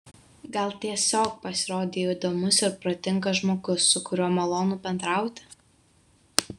gal tiesiog pasirodei įdomus ir protingas žmogus su kuriuo malonu bendrauti